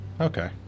Okay